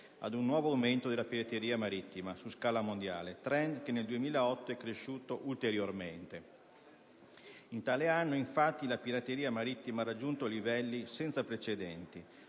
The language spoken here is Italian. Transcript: ad un nuovo aumento della pirateria marittima su scala mondiale, *trend* che nel 2008 è cresciuto ulteriormente. In tale anno, infatti, la pirateria marittima ha raggiunto livelli senza precedenti,